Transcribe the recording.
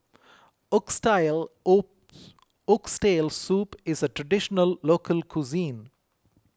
O Oxtail Soup is a Traditional Local Cuisine